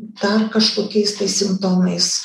dar kažkokiais simptomais